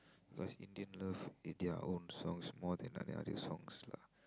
because Indian loves it are their own songs more than the other songs lah